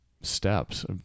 steps